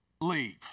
leave